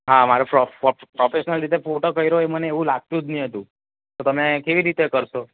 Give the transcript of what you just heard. હા મારો પ્રોફેશનલ રીતે ફોટો કર્યો એ મને એવું લાગતું જ ન હતું તો તમે કેવી રીતે કરશો